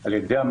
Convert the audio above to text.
על ידי הממשלה,